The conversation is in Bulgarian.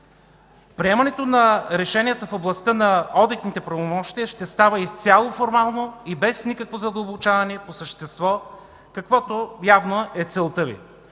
Приемането на решенията в областта на одитните правомощия ще става изцяло формално и без никакво задълбочаване по същество, каквато явно е целта Ви.